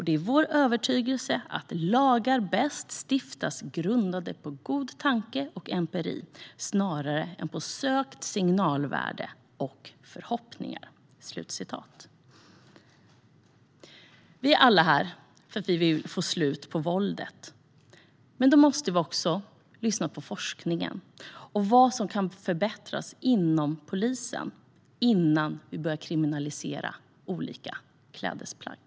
Det är vår övertygelse att lagar bäst stiftas grundade på god tanke och empiri, snarare än på sökt signalvärde och förhoppningar". Vi är alla här för att vi vill få slut på våldet. Men då måste vi också lyssna på forskningen och se vad som kan förbättras inom polisen innan vi börjar kriminalisera olika klädesplagg.